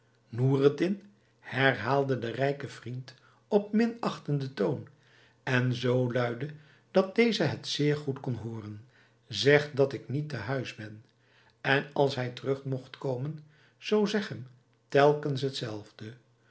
noureddin herhaalde de rijke vriend op minachtenden toon en zoo luide dat deze het zeer goed kon hooren zeg dat ik niet te huis ben en als hij terug mogt komen zoo zeg hem telkens